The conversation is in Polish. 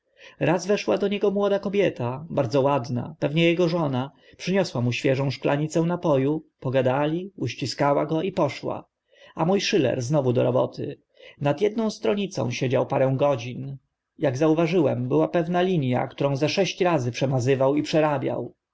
raz weszła do niego młoda kobieta bardzo ładna pewnie ego żona przyniosła mu świeżą szklanicę napo u pogadali uściskała go i poszła a mó schiller znów do roboty nad edną stronnicą siedział parę godzin ak zauważyłem była pewna linia którą ze sześć razy przemazywał i przerabiał